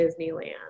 Disneyland